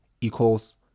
equals